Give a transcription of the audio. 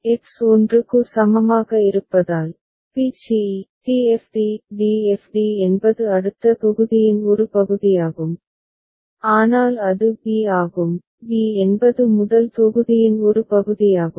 X 1 க்கு சமமாக இருப்பதால் B C E D F D d f d என்பது அடுத்த தொகுதியின் ஒரு பகுதியாகும் ஆனால் அது b ஆகும் b என்பது முதல் தொகுதியின் ஒரு பகுதியாகும்